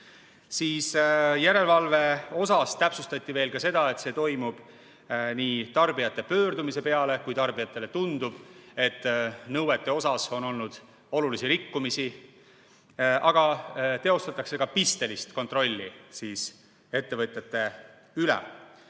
Järelevalve kohta täpsustati veel ka seda, et see toimub nii tarbijate pöördumise peale, kui tarbijatele tundub, et nõuete osas on olnud olulisi rikkumisi, aga teostatakse ka pistelist kontrolli ettevõtjate